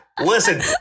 Listen